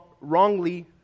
wrongly